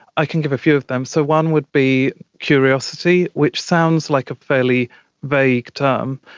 i can give a few of them. so one would be curiosity, which sounds like a fairly vague term,